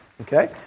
okay